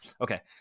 Okay